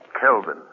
Kelvin